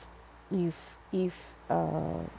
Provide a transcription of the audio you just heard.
if if uh